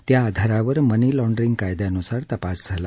त्या आधारावर money laundering कायद्यानुसार तपास झाला